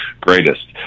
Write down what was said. greatest